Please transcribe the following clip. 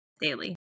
daily